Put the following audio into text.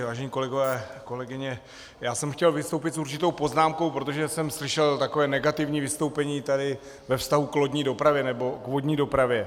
Vážení kolegové, kolegyně, já jsem chtěl vystoupit s určitou poznámkou, protože jsem slyšel negativní vystoupení ve vztahu k lodní dopravě, nebo k vodní dopravě.